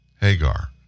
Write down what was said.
Hagar